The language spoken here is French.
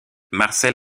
marcel